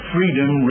Freedom